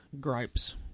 gripes